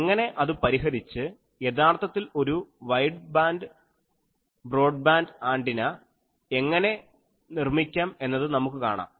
എങ്ങനെ അത് പരിഹരിച്ച് യഥാർത്ഥത്തിൽ ഒരു വൈഡ്ബാൻഡ് ബ്രോഡ്ബാൻഡ് ആൻറിന എങ്ങനെ നിർമ്മിക്കാം എന്നത് നമുക്ക് കാണാം